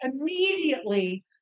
immediately